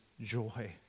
joy